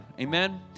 Amen